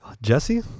Jesse